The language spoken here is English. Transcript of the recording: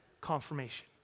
confirmation